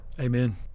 Amen